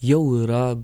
jau yra